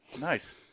Nice